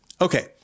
Okay